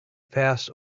past